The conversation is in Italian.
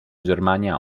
germania